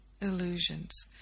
illusions